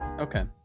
okay